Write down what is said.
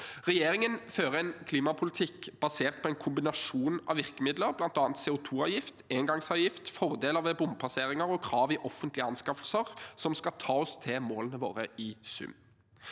Regjeringen fører en klimapolitikk basert på en kombinasjon av virkemidler – bl.a. CO2-avgift, engangsavgift, fordeler ved bompasseringer og krav i offentlige anskaffelser – som skal ta oss til målene våre i sum.